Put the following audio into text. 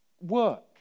work